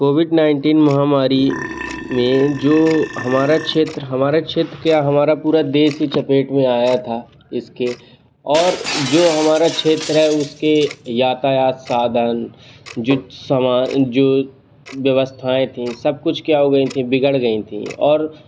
Covid nineteen महामारी में जो हमारा क्षेत्र हमारा क्षेत्र क्या हमारा पूरा देश ही चपेट में आया था इसके और जो हमारा क्षेत्र है उसके यातायात साधन जुत समा जो व्यवस्थाएँ थीं सब कुछ क्या हो गई थीं बिगड़ गई थीं और